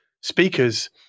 speakers